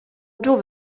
giù